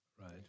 Right